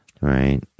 right